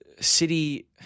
City